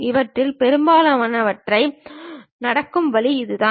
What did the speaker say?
இவற்றில் பெரும்பாலானவை நடக்கும் வழி இதுதான்